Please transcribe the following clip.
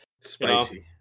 Spicy